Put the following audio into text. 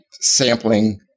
sampling